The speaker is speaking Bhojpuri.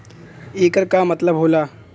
येकर का मतलब होला?